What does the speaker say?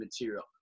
material